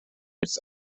its